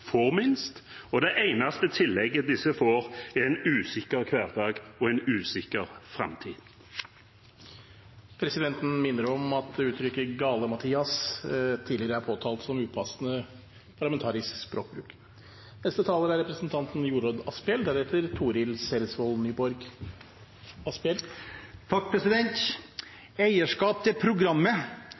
får minst, og det eneste tillegget disse får, er en usikker hverdag og en usikker framtid. Presidenten minner om at uttrykket «galimatias» tidligere er påtalt som upassende parlamentarisk språkbruk. Eierskap til programmet gir trygghet, stolthet, selvtillit og entusiasme, og det er